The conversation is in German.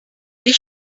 ich